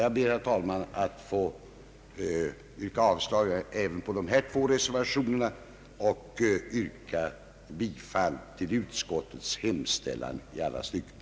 Jag ber, herr talman, att få yrka avslag även på reservationerna 2 och 3 och bifall till utskottets hemställan i alla stycken.